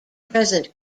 present